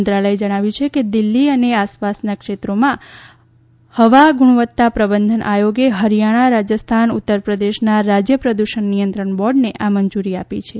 મંત્રાલયે જણાવ્યું કે દિલ્હી અને આસપાસના ક્ષેત્રોમાં માટે હવા ગુણવત્તા પ્રબંધન આયોગે હરિયાણા રાજસ્થાન ઉત્તરપ્રદેશના રાજ્ય પ્રદૂષણ નિયંત્રણ બોર્ડને આ મંજુરી આપી છે